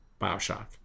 Bioshock